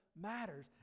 matters